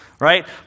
right